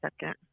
second